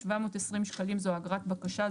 720 שקלים זו אגרת בקשה.